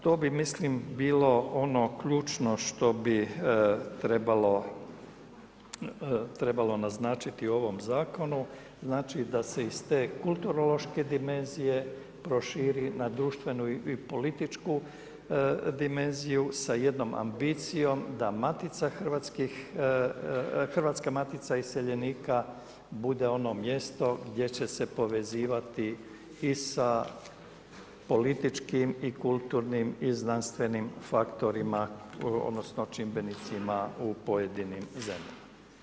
To bi mislim bilo ono ključno što bi trebalo naznačiti u ovom zakonu, znači da se iz te kulturološke dimenzije proširi na društvenu i političku dimenziju sa jednom ambicijom, da Hrvatska matica iseljenika bude ono mjesto gdje će se povezivati i sa političkom i kulturnim i znanstvenim faktorima odnosno čimbenicima u pojedinim zemljama.